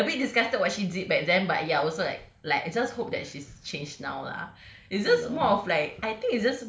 what she did back then but ya also like like just hope that she's changed now lah it's just more of like